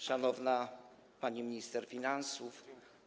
Szanowna Pani Minister Finansów!